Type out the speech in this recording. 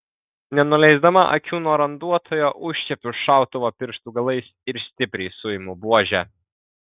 nenuleisdama akių nuo randuotojo užčiuopiu šautuvą pirštų galais ir stipriai suimu buožę